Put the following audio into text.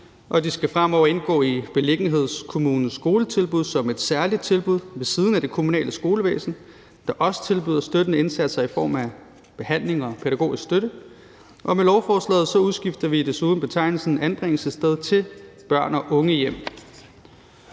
de skal fremover indgå i beliggenhedskommunens skoletilbud som et særligt tilbud ved siden af det kommunale skolevæsen, der også tilbyder støttende indsatser i form af behandling og pædagogisk støtte. Med lovforslaget udskifter vi desuden betegnelsen »anbringelsessted« til »børn- og ungehjem«,